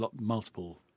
multiple